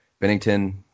Bennington